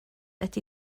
ydi